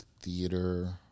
theater